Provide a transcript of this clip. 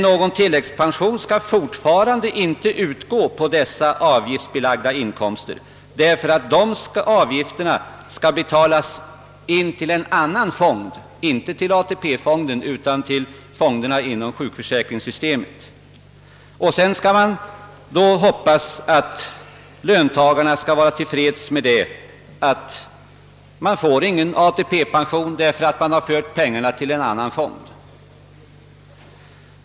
Någon tilläggspension skall emellertid fortfarande inte utgå på dessa avgiftsbelagda inkomster, eftersom avgifterna inte skall betalas in till ATP-fonden utan till fonderna inom sjukförsäkringssystemet. Sedan skall man hoppas att löntagarna skall vara till freds med att inte få någon ATP, därför att man har fört pengarna till en annan fond.